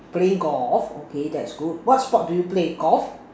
playing golf okay that's good what sport do you play golf